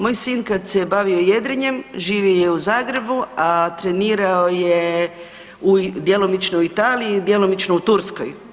Moj sin kada se je bavio jedrenjem živio je u Zagrebu, a trenirao je djelomično u Italiji, djelomično u Turskoj.